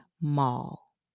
mall